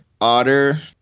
otter